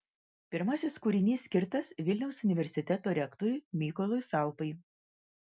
pirmasis kūrinys skirtas vilniaus universiteto rektoriui mykolui salpai